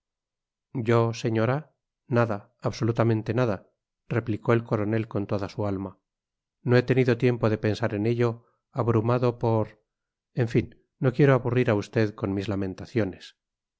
yo señora nada absolutamente nada replicó el coronel con toda su alma no he tenido tiempo de pensar en ello abrumado por en fin no quiero aburrir a usted con mis lamentaciones